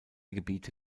gebiete